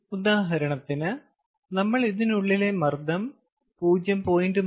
ഉദാഹരണത്തിന് നമ്മൾ ഇതിനുള്ളിലെ മർദ്ദം 0